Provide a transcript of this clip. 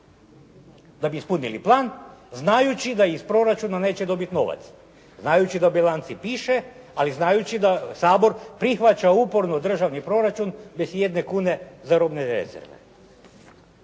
Da bi ispunili plan znajući da iz proračuna neće dobiti novac. Znajući da u bilanci piše, ali znajući da Sabor prihvaća uporno državni proračun bez ijedne kune za robne rezerve.